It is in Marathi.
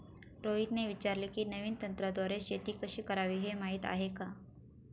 रोहितने विचारले की, नवीन तंत्राद्वारे शेती कशी करावी, हे माहीत आहे का?